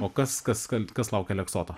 o kas kas kat kas laukia aleksoto